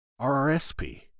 RRSP